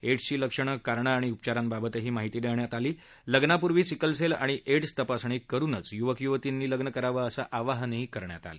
एड्सची लक्षणं कारणं आणि उपचारांबाबतही माहिती देण्यात आली लग्नापूर्वी सिकलसेल आणि एड्स तपासणी करूनच युवक युवतींनी लग्न करावं असं आवाहन यावेळी करण्यात आलं